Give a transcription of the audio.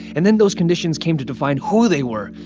and then those conditions came to define who they were,